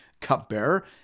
cupbearer